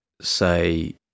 say